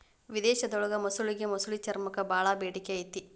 ವಿಧೇಶದೊಳಗ ಮೊಸಳಿಗೆ ಮೊಸಳಿ ಚರ್ಮಕ್ಕ ಬಾಳ ಬೇಡಿಕೆ ಐತಿ